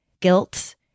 guilt